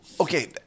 Okay